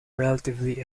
relatively